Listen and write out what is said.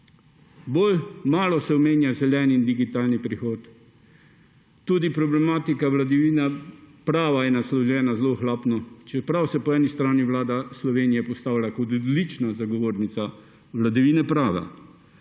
Bolj malo se omenja zeleni in digitalni prehod, tudi problematika vladavine prava je naslovljena zelo ohlapno, čeprav se po eni strani Vlada Slovenije postavlja kot odlična zagovornica vladavine prava.